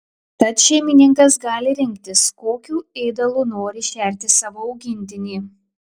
tad šeimininkas gali rinktis kokiu ėdalu nori šerti savo augintinį